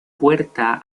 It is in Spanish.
puerta